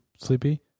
sleepy